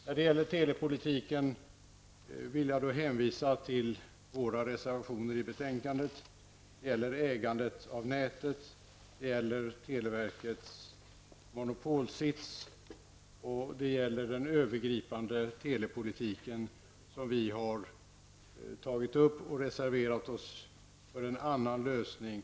När det gäller telepolitiken vill jag hänvisa till våra reservationer till betänkandet. Reservationerna handlar bl.a. om ägandet av nätet, televerkets monopolställning och den övergripande telepolitiken, där vi har reserverat oss för en annan lösning.